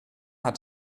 hat